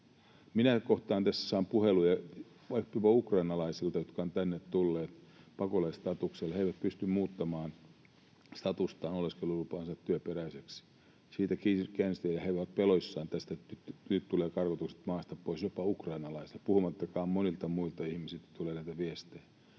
ollenkaan. Minä saan puheluja jopa ukrainalaisilta, jotka ovat tänne tulleet pakolaisstatuksella ja jotka eivät pysty muuttamaan statustaan, oleskelulupaansa työperäiseksi. Siitä kiitos käynnistä. He ovat peloissaan tästä, että nyt tulee karkotus maasta pois — jopa ukrainalaisille — puhumattakaan monille muille ihmisille, joilta tulee näitä viestejä.